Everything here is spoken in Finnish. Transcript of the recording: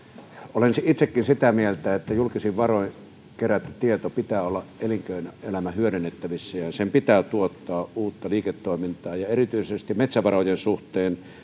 olen itsekin sitä mieltä että julkisin varoin kerätyn tiedon pitää olla elinkeinoelämän hyödynnettävissä ja sen pitää tuottaa uutta liiketoimintaa ja metsävarojen suhteen erityisesti